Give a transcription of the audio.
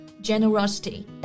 generosity